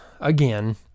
again